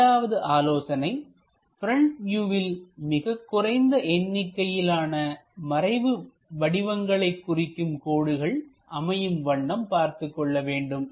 இரண்டாவது ஆலோசனை ப்ரெண்ட் வியூவில் மிகக் குறைந்த எண்ணிக்கையிலான மறைவு வடிவங்களை குறிக்கும் கோடுகள் அமையும் வண்ணம் பார்த்துக் கொள்ள வேண்டும்